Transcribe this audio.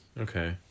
okay